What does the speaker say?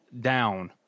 down